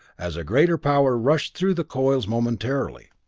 as greater power rushed through the coils momentarily.